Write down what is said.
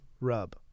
Rub